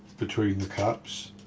between the cups.